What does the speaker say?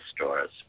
stores